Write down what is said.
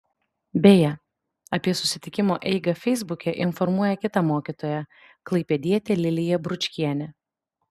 beje apie susitikimo eigą feisbuke informuoja kita mokytoja klaipėdietė lilija bručkienė